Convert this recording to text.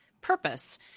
purpose